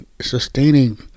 sustaining